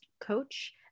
Coach